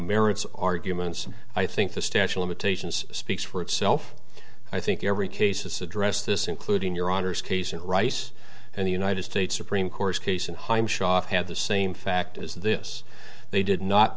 merits arguments i think the statue limitations speaks for itself i think every case addressed this including your honour's case and rice and the united states supreme court case and haim shots have the same fact as this they did not